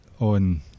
on